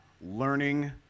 learning